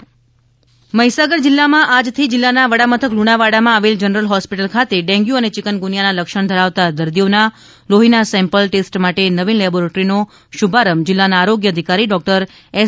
laboratory Mahisagar જિલ્લામાં આજથી જિલ્લાના વડામથક લુણાવાડામાં આવેલ જનરલ હોસ્પિટલ ખાતે ડેન્ગ્યુ અને ચિકનગુનિયાના લક્ષણ ધરાવતા દર્દીઓના લોહીના સેમ્પલ ટેસ્ટ માટે નવીન લેબોરેટરીનો શુભારંભ જિલ્લાના આરોગ્ય અધિકારી ડોકટર એસ